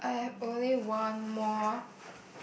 if I've only one more